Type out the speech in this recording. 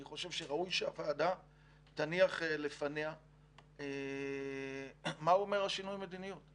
אני חושב שראוי שהוועדה תניח לפניה מה אומר שינוי המדיניות,